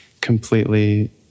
completely